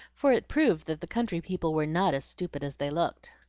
for it proved that the country people were not as stupid as they looked.